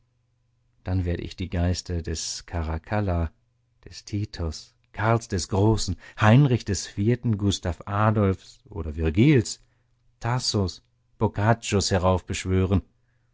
dann werde ich die geister des caracalla des titus karls des großen heinrich des vierten gustav adolfs oder virgils tassos boccaccios heraufbeschwören